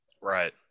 Right